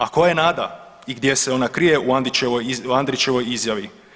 A koja je nada i gdje se ona krije u Andrićevoj izjavi?